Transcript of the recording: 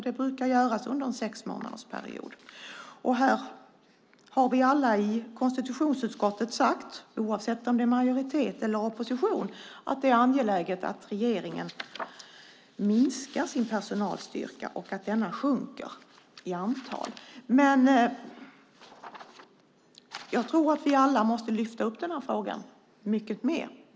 Det brukar ske under en sexmånadersperiod. Här har vi alla i konstitutionsutskottet, oavsett om vi tillhör majoriteten eller oppositionen, sagt att det är angeläget att regeringen minskar sin personalstyrka. Jag tror att vi alla måste lyfta upp den här frågan mycket mer.